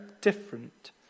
different